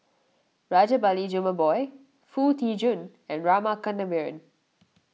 Rajabali Jumabhoy Foo Tee Jun and Rama Kannabiran